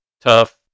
tough